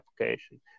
application